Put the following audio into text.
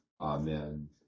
Amen